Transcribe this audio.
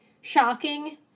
shocking